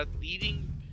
leading